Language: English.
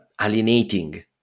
alienating